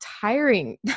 tiring